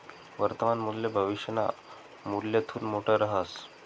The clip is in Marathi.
वर्तमान मूल्य भविष्यना मूल्यथून मोठं रहास